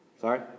Sorry